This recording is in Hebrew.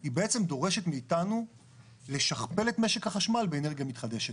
היא בעצם דורשת מאיתנו לשכפל את משק החשמל באנרגיה מתחדשת.